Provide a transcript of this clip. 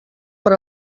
per